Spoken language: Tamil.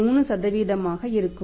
3 ஆக இருக்கும்